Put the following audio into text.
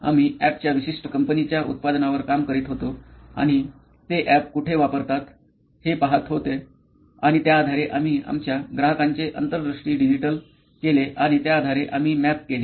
आम्ही अॅपच्या विशिष्ट कंपनीच्या उत्पादनावर काम करीत होतो आणि ते अॅप कुठे वापरतात हे पहात होते आणि त्या आधारे आम्ही आमच्या ग्राहकांचे अंतर्दृष्टी डिजीटल केले आणि त्या आधारे आम्ही मॅप केले